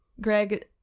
Greg